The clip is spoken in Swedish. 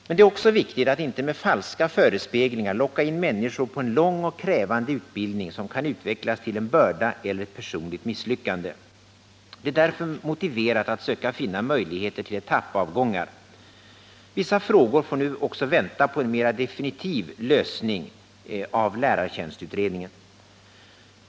Men det är också viktigt att inte med falska förespeglingar locka in människor på en lång och krävande utbildning som kan utvecklas till en börda eller ett personligt misslyckande. Det är därför motiverat att söka finna möjligheter till etappavgångar. Vissa frågor får nu också vänta på en mer definitiv lösning genom förslag av lärartjänstutredningen.